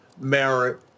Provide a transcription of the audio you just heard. merit